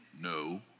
No